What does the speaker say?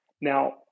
Now